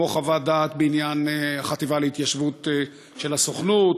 כמו חוות דעת בעניין החטיבה להתיישבות של הסוכנות,